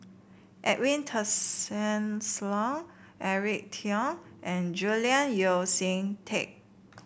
Edwin Tessensohn Eric Teo and Julian Yeo See Teck